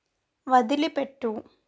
వదిలిపెట్టు